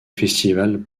festival